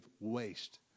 waste